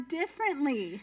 differently